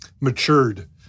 matured